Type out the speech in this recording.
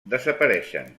desapareixen